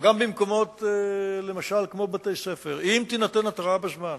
וגם במקומות כמו בתי-ספר, אם תינתן התרעה בזמן,